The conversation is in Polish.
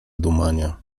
dumania